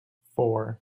four